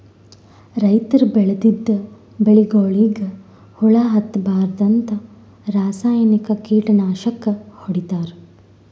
ರೈತರ್ ಬೆಳದಿದ್ದ್ ಬೆಳಿಗೊಳಿಗ್ ಹುಳಾ ಹತ್ತಬಾರ್ದ್ಂತ ರಾಸಾಯನಿಕ್ ಕೀಟನಾಶಕ್ ಹೊಡಿತಾರ್